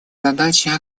задача